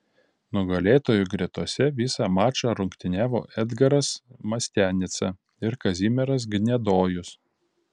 nugalėtojų gretose visą mačą rungtyniavo edgaras mastianica ir kazimieras gnedojus